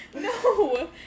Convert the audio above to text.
no